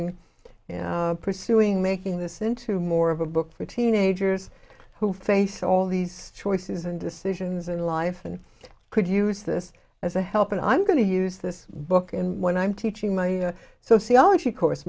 in pursuing making this into more of a book for teenagers who face all these choices and decisions in life and could use this as a help and i'm going to use this book and when i'm teaching my sociology course